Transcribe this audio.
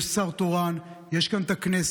יש שר תורן, יש כאן את הכנסת.